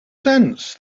sense